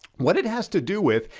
what it has to do with,